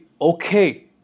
okay